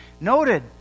noted